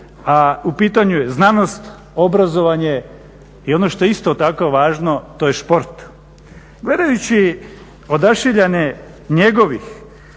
u pitanju je znanost, obrazovanje i ono što je isto tako važno, to je sport. Gledajući odašiljanje njegovih